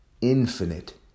infinite